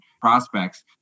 prospects